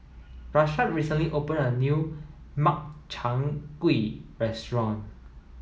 Rashad recently opened a new Makchang Gui restaurant